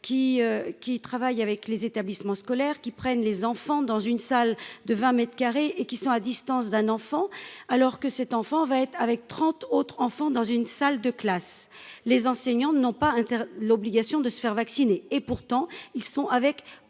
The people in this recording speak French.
qui travaille avec les établissements scolaires qui prennent les enfants dans une salle de 20 mètres carré et qui sont à distance d'un enfant, alors que cet enfant va être avec 30 autres enfants dans une salle de classe, les enseignants n'ont pas l'obligation de se faire vacciner et pourtant ils sont avec